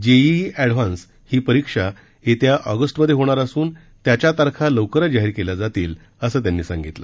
JEE advance ही परीक्षा येत्या ऑगस्टमधे होणार असून त्याच्या तारखा लवकरच जाहीर केल्या जातील असं त्यांनी सांगितलं